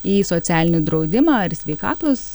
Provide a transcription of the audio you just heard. į socialinį draudimą ar į sveikatos